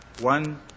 One